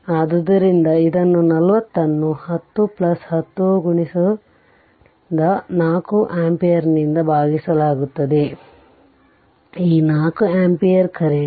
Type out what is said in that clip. ಆದ್ದರಿಂದ ಇದನ್ನು 40 ಅನ್ನು 10 40 ರಿಂದ ಈ 4 ಆಂಪಿಯರ್ನಿಂದ ಭಾಗಿಸಲಾಗುತ್ತದೆ ಈ 4 ಆಂಪಿಯರ್ ಕರೆಂಟ್